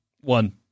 One